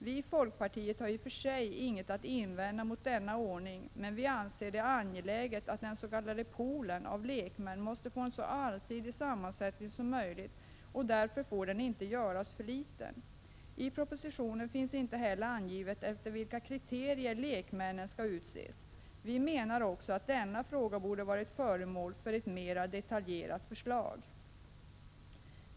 Vii folkpartiet har i och för sig inget att invända mot denna ordning, men vi anser det angeläget att den s.k. poolen av lekmän får en så allsidig sammansättning som möjligt, och därför får den inte göras för liten. I propositionen finns inte heller angivet efter vilka kriterier lekmännen skall utses. Vi menar också att denna fråga borde ha varit föremål för ett mera detaljerat förslag.